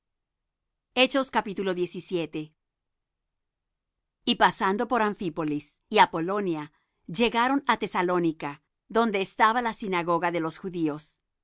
y se salieron y pasando por amphípolis y apolonia llegaron á tesalónica donde estaba la sinagoga de los judíos